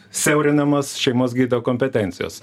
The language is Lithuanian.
siaurinamos šeimos gydytojo kompetencijos